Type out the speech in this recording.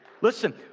Listen